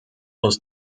aus